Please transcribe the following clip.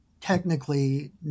technically